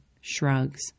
shrugs